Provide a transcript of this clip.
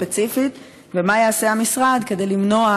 ספציפית: מה יעשה המשרד כדי למנוע